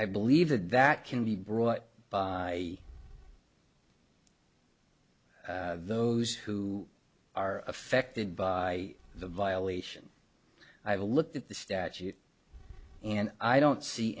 i believe that that can be brought by those who are affected by the violation i have a look at the statute and i don't see